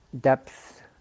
depth